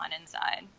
inside